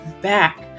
back